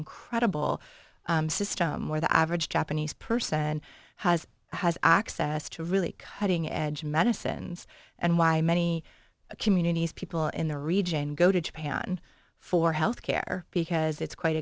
incredible system where the average japanese person has access to really cutting edge medicines and why many communities people in the region go to japan for health care because it's quite